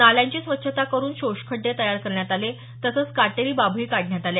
नाल्यांची स्वच्छता करून शोषखड्डे तयार करण्यात आले तसंच काटेरी बाभळी काढण्यात आल्या